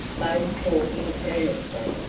both talking earnestly,